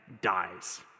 dies